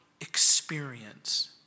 experience